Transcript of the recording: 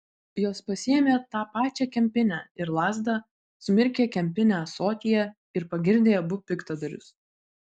jos pasiėmė tą pačią kempinę ir lazdą sumirkė kempinę ąsotyje ir pagirdė abu piktadarius